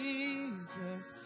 Jesus